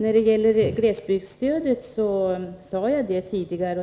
När det gäller glesbygdsstödet sade jag tidigare,